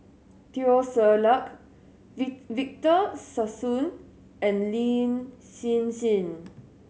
Teo Ser Luck Victor Sassoon and Lin Hsin Hsin